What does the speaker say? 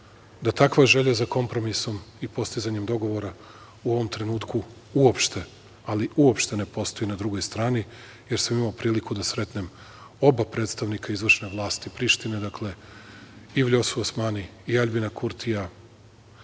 da takva želja za kompromisom i postizanjem dogovora u ovom trenutku uopšte, ali uopšte, ne postoji na drugoj strani, jer sam imao priliku da sretnem oba predstavnika izvršne vlasti Prištine, dakle i Vljosu Osmani i Aljbina Kurtija.